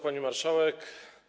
Pani Marszałek!